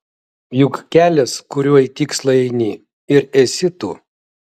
juk kelias kuriuo į tikslą eini ir esi tu